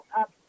up